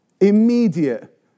immediate